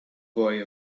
boy